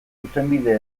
zuzenbide